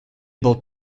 able